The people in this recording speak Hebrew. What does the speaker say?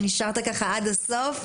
שנשארת ככה עד הסוף.